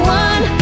one